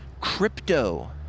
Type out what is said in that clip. Crypto